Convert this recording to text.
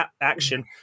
action